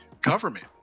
government